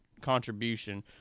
contribution